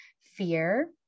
fear